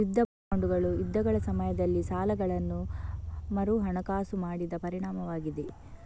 ಯುದ್ಧ ಬಾಂಡುಗಳು ಯುದ್ಧಗಳ ಸಮಯದಲ್ಲಿ ಸಾಲಗಳನ್ನು ಮರುಹಣಕಾಸು ಮಾಡಿದ ಪರಿಣಾಮವಾಗಿದೆ